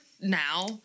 now